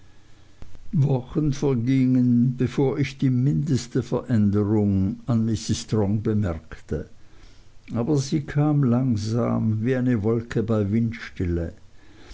wochen vergingen bevor ich die mindeste veränderung an ihr bemerkte aber sie kam langsam wie eine wolke bei windstille